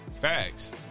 Facts